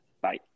Bye